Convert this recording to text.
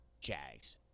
Jags